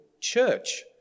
church